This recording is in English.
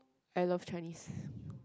I love Chinese